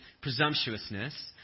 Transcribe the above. presumptuousness